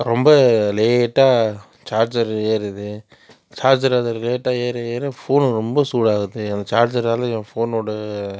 ரொம்ப லேட்டாக சார்ஜர் ஏறுது சார்ஜர் அதில் லேட்டாக ஏற ஏற ஃபோன் ரொம்ப சூடாகுது அந்த சார்ஜரால என் ஃபோனோட